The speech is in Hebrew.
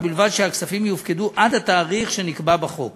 ובלבד שהכספים יופקדו עד התאריך שנקבע בחוק.